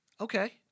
okay